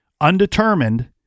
Undetermined